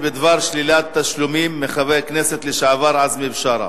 בדבר שלילת תשלומים מחבר הכנסת לשעבר עזמי בשארה.